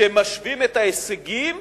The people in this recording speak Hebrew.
כשמשווים את ההישגים,